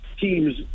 teams